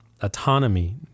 autonomy